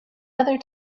other